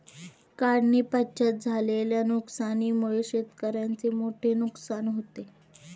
काढणीपश्चात झालेल्या नुकसानीमुळे शेतकऱ्याचे मोठे नुकसान होते